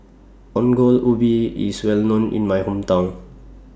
Ongol Ubi IS Well known in My Hometown